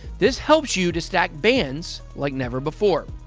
this helps you to stack bands like never before.